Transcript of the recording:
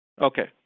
Okay